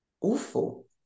awful